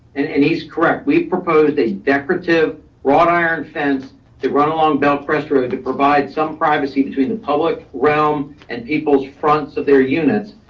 and and he's correct. we proposed that decorative wrought iron fence to run along bellcrest road to provide some privacy between the public realm and people's fronts of their units.